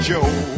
Joe